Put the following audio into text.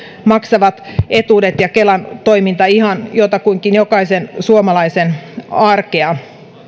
maksamat etuudet ja kelan toiminta jotakuinkin jokaisen suomalaisen arkea